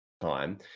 time